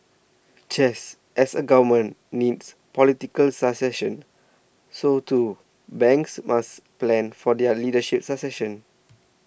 just as a Government needs political succession so too banks must plan for their leadership succession